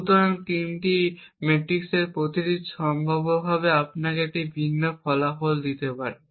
সুতরাং এই তিনটি মেট্রিক্সের প্রতিটি সম্ভাব্যভাবে আপনাকে একটি ভিন্ন ফলাফল দিতে পারে